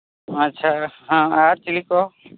ᱟᱪᱪᱷᱟ ᱟᱨ ᱪᱤᱞᱤ ᱠᱚ